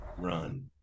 run